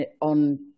on